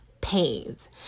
pains